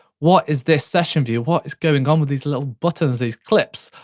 what is this session view, what is going on with these little buttons, these clips?